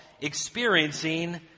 experiencing